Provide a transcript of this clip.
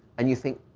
and you think,